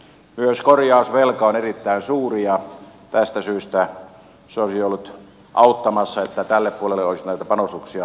myös korjausvelka on erittäin suuri ja tästä syystä se olisi ollut auttamassa että tälle puolelle olisi näitä panostuksia laitettu